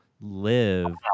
live